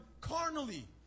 carnally